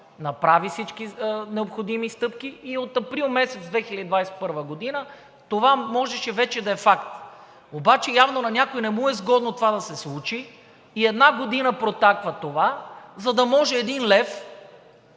направи всички необходими стъпки и от април месец 2021 г. това можеше вече да е факт. Обаче явно на някого не му е изгодно това да се случи и една година протака това, за да може един лев